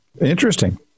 Interesting